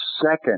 second